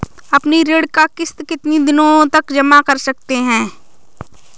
अपनी ऋण का किश्त कितनी दिनों तक जमा कर सकते हैं?